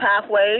pathways